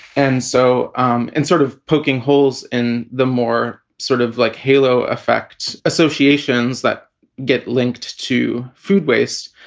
and so um in sort of poking holes in the more sort of like halo effect associations that get linked to food waste,